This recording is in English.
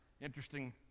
Interesting